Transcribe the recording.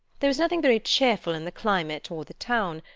there was nothing very cheerful in the climate or the town,